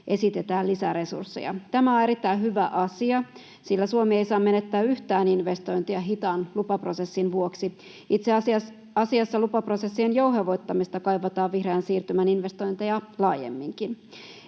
esitetään lisäresursseja. Tämä on erittäin hyvä asia, sillä Suomi ei saa menettää yhtään investointia hitaan lupaprosessin vuoksi. Itse asiassa lupaprosessien jouhevoittamista kaivataan vihreän siirtymän investointeihin laajemminkin.